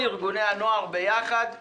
כל גווני החברה.